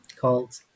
called